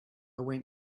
went